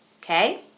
okay